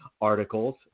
articles